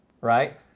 right